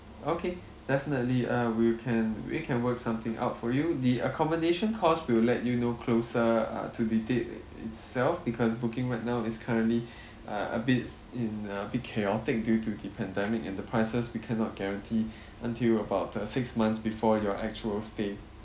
okay definitely uh we can we can work something out for you the accommodation cost we'll let you know closer uh to the date it itself because booking right now is currently uh a bit in uh a bit chaotic due to the pandemic and the prices we cannot guarantee until about uh six months before your actual stay